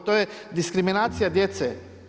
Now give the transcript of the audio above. To je diskriminacija djece.